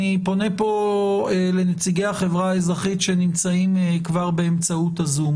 אני פונה אל נציגי החברה האזרחית שמשתתפים בישיבה באמצעות הזום.